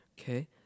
Okay